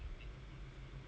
mm mm mm